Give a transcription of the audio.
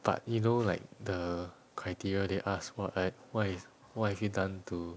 but you know like the criteria they asked what I what is what is it done to